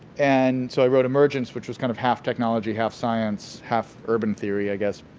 and so, i wrote emergence, which is kind of half technology, half science, half urban theory i guess.